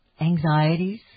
anxieties